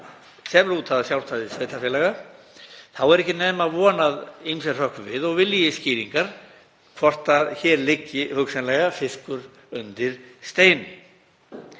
sem lúta að sjálfstæði sveitarfélaga er ekki nema von að ýmsir hrökkvi við og vilji skýringar, hvort hér liggi hugsanlega fiskur undir steini.